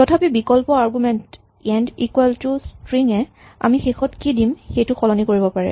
তথাপি বিকল্প argument end equal to string এ আমি শেষত কি দিম সেইটো সলনি কৰিব পাৰে